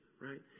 right